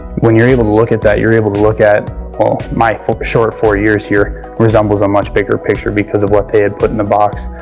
when you're able to look at that, you're able to look at well, my short four years here resembles a much bigger picture because of what they had put in the box.